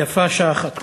יפה שעה אחת קודם.